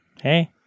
Hey